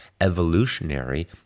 evolutionary